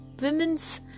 women's